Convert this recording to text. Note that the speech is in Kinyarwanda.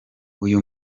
uyu